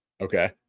Okay